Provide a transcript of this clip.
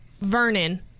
Vernon